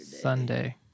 Sunday